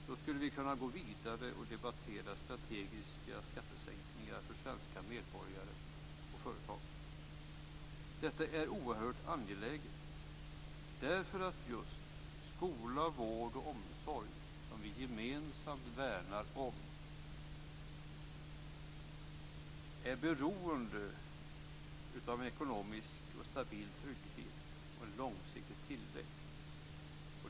Då skulle vi kunna gå vidare och debattera strategiska skattesänkningar för svenska medborgare och företag. Detta är oerhört angeläget därför att just skola, vård och omsorg, som vi gemensamt värnar om, är beroende av en ekonomisk och stabil trygghet samt en långsiktig tillväxt.